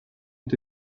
ont